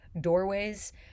doorways